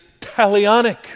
talionic